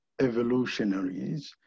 evolutionaries